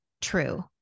true